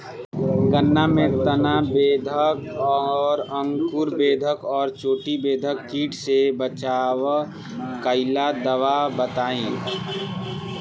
गन्ना में तना बेधक और अंकुर बेधक और चोटी बेधक कीट से बचाव कालिए दवा बताई?